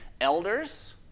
elders